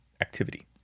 activity